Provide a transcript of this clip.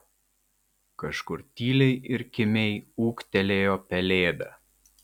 kažkur tyliai ir kimiai ūktelėjo pelėda